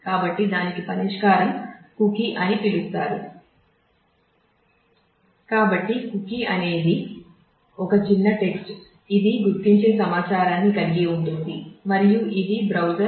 కాబట్టి దానికి పరిష్కారం కుకీ అని పిలుస్తారు